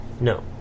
No